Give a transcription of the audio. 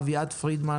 אביעד פרידמן